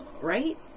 Right